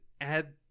add